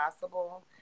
possible